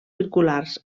circulars